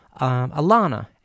Alana